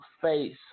face